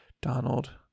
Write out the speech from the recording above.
Donald